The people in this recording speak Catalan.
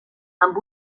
amb